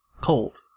Cold